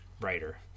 writer